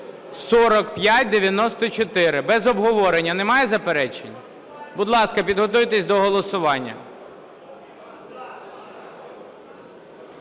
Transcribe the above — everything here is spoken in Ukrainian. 4594 без обговорення. Немає заперечень? Будь ласка, підготуйтесь до голосування.